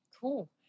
Cool